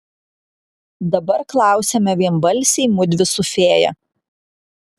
dabar klausiame vienbalsiai mudvi su fėja